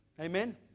Amen